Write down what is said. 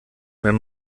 wenn